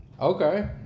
okay